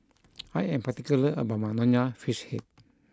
I am particular about my Nonya Fish Head